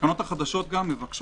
התקנות החדשות גם מבקשות